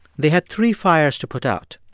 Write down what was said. they had three fires to put out.